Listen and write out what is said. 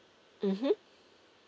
mmhmm